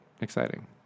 exciting